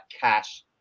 Cash